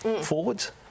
forwards